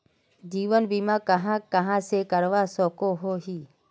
जीवन बीमा कहाँ कहाँ से करवा सकोहो ही?